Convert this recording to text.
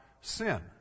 sin